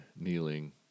kneeling